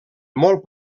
molt